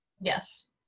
Yes